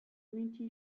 green